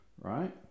right